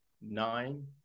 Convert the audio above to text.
Nine